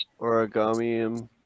origami